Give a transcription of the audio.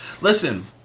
Listen